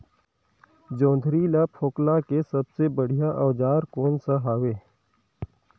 जोंदरी ला फोकला के सबले बढ़िया औजार कोन सा हवे?